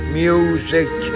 music